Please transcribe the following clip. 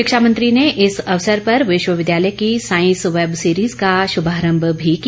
शिक्षा मंत्री ने इस अवसर पर विश्वविद्यालय की सांईस वैब सीरिज का शुभारम्भ भी किया